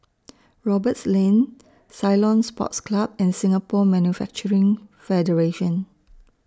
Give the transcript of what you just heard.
Roberts Lane Ceylon Sports Club and Singapore Manufacturing Federation